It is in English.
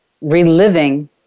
reliving